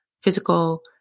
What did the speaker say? physical